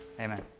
Amen